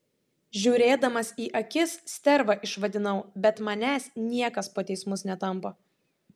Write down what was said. žiūrėdamas į akis sterva išvadinau bet manęs niekas po teismus netampo